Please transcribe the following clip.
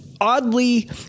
oddly